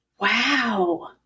wow